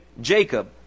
Jacob